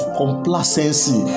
complacency